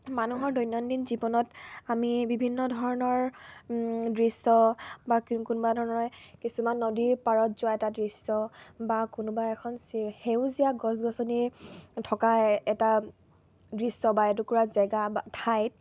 মানুহৰ দৈনন্দিন জীৱনত আমি বিভিন্ন ধৰণৰ দৃশ্য বা কোন কোনোবা ধৰণে কিছুমান নদীৰ পাৰত যোৱা এটা দৃশ্য বা কোনোবা এখন সেউজীয়া গছ গছনি থকা এটা দৃশ্য বা এটুকুৰা জেগা বা ঠাইত